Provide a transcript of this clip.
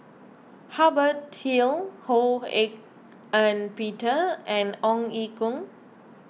Hubert Hill Ho Hak Ean Peter and Ong Ye Kung